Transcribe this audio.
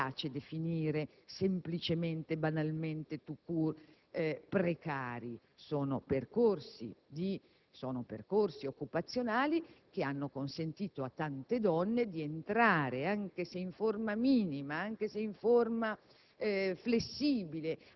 che non mi piace definire semplicemente e banalmente *tout court* precari, sono percorsi occupazionali che hanno consentito a tante donne di entrare, anche se in forma minima, flessibile